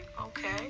Okay